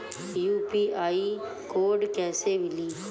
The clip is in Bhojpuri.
यू.पी.आई कोड कैसे मिली?